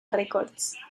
records